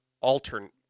alternate